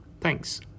Thanks